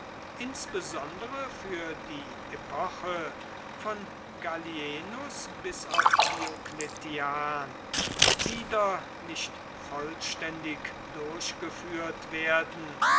insbesondere für die epoche von gallienus bis auf diocletian wieder nicht vollständig durchgeführt werden